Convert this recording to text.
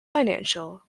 financial